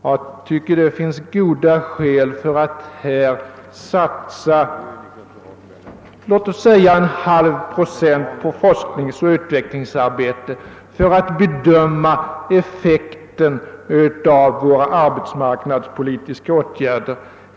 Enligt min mening finns det all anledning att här satsa låt oss säga en halv procent på forskningsoch utvecklingsarbete för att vi skall kunna bedöma effekten av våra arbetsmarknadspolitiska åtgärder.